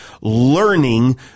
learning